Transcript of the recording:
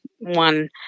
one